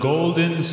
Golden